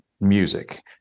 music